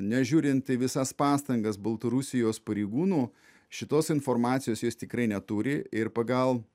nežiūrint į visas pastangas baltarusijos pareigūnų šitos informacijos jos tikrai neturi ir pagal